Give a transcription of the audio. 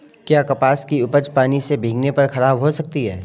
क्या कपास की उपज पानी से भीगने पर खराब हो सकती है?